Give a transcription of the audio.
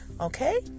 Okay